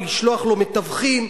ולשלוח לו מתווכים,